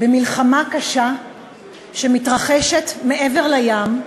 במלחמה קשה שמתרחשת מעבר לים,